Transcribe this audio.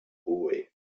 boy